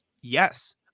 Yes